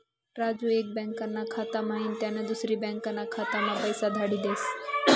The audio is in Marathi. राजू एक बँकाना खाता म्हाईन त्यानी दुसरी बँकाना खाताम्हा पैसा धाडी देस